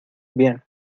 bien